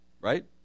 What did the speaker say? right